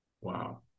Wow